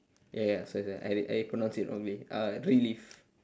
ya ya sorry sorry I I pronounced it wrongly uh relive